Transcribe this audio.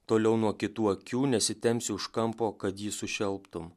toliau nuo kitų akių nesitempsi už kampo kad jį sušelptum